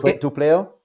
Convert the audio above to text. two-player